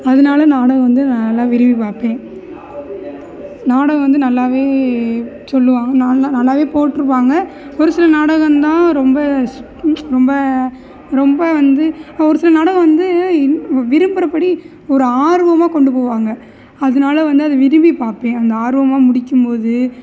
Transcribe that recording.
அதனால நானும் வந்து நல்லா விரும்பிப் பார்ப்பேன் நாடகம் வந்து நல்லாவே சொல்லுவாங்க நான் நல்லாவே போட்டிருப்பாங்க ஒரு சில நாடகம் தான் ரொம்ப ரொம்ப ரொம்ப வந்து ஒரு சில நாடகம் வந்து விரும்புகிறபடி ஒரு ஆர்வமாக கொண்டு போவாங்க அதனால வந்து அதை விரும்பிப் பார்ப்பேன் அந்த ஆர்வமாக முடிக்கும்போது